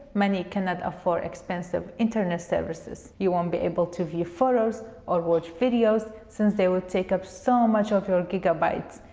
many cannot afford expensive internet services. you won't be able to view photos or watch videos since they would take up so much of your gigabytes,